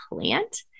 plant